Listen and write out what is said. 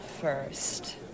first